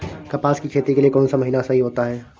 कपास की खेती के लिए कौन सा महीना सही होता है?